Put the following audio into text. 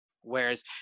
Whereas